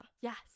Yes